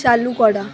চালু করা